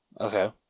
Okay